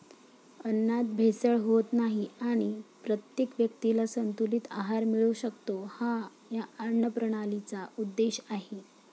अन्नात भेसळ होत नाही आणि प्रत्येक व्यक्तीला संतुलित आहार मिळू शकतो, हा या अन्नप्रणालीचा उद्देश आहे